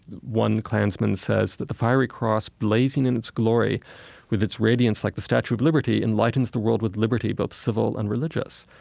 one klansman says that, the fiery cross, blazing in its glory with its radiance like the statue of liberty, enlightens the world with liberty, both civil and religious.